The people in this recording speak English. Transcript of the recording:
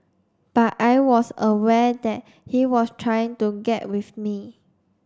but I was aware that he was trying to get with me